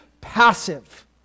passive